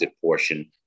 portion